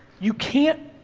you can't,